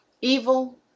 evil